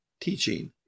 teaching